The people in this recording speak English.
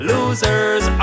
Losers